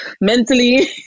mentally